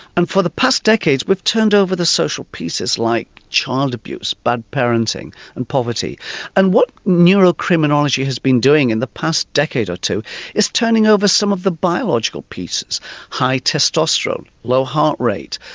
and for the past decades we've turned over the social pieces like child abuse, bad parenting and poverty and what neurocriminology has been doing in the past decade or two is turning over some of the biological pieces high testosterone, low heart rate,